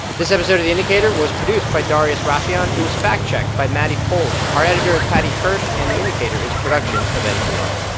this episode of the indicator was produced by darius rafieyan. it was fact-checked by maddie foley. our editor is paddy hirsch, and the indicator is a production of npr